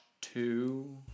two